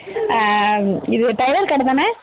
இது டைலர் கடை தானே